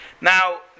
Now